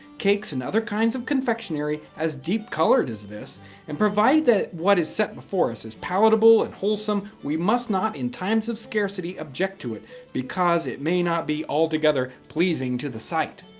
cakes and other kinds of confectionary as deep colored as this and provided that what is set before us is palatable and wholesome, we must not, in times of scarcity, object to it because it may not be altogether pleasing to the sight.